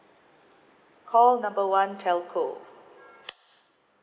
call number one telco